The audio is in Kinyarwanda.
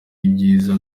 ibyiza